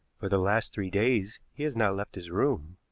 for the last three days he has not left his room.